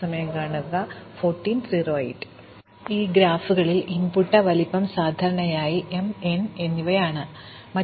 ഇപ്പോൾ ഗ്രാഫുകളിൽ ഇൻപുട്ട് വലുപ്പം സാധാരണയായി m n എന്നിവയിലേക്ക് കൊണ്ടുപോകുന്നു